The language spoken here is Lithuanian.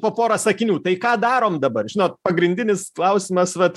po porą sakinių tai ką darom dabar žinot pagrindinis klausimas vat